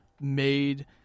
made